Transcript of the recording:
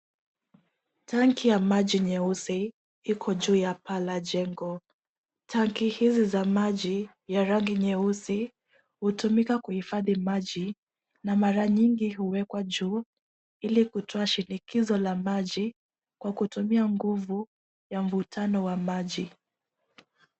Tangi ya maji nyeusi iko juu ya paa la jengo. Tangi hizi za maji ya rangi nyeusi hutumika kuhifadhi maji na mara nyingi huwekwa juu ili kutoa shinikizo la maji kwa kutumia nguvu ya mvutano wa maji.